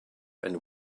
and